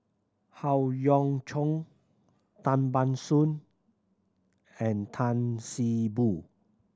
Howe Yoon Chong Tan Ban Soon and Tan See Boo